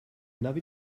navi